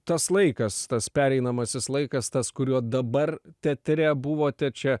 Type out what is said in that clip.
tas laikas tas pereinamasis laikas tas kuriuo dabar teatre buvote čia